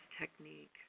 technique